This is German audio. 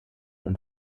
und